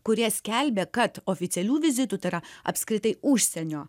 kurie skelbė kad oficialių vizitų tai yra apskritai užsienio